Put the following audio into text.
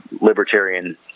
libertarian